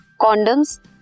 Condoms